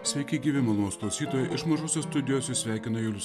sveiki gyvi malonūs klausytojai iš mažosios studijos jus sveikina julius